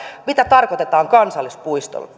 mitä tarkoitetaan kansallispuistolla